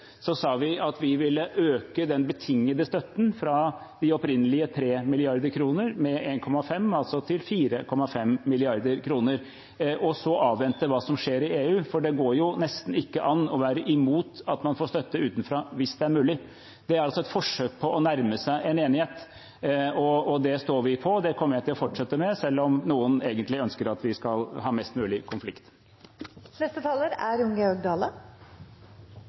sa vi at vi ville øke den betingede støtten fra de opprinnelige 3 mrd. kr med 1,5 mrd. kr, altså til 4,5 mrd. kr, og så avvente hva som skjer i EU. For det går jo nesten ikke an å være imot at man får støtte utenfra hvis det er mulig. Det er altså et forsøk på å nærme seg en enighet. Det står vi på, og det kommer vi til å fortsette med, selv om noen egentlig ønsker at vi skal ha mest mulig konflikt. Eg har sjeldan hatt rykte på meg for å vere festbrems, men i denne debatten er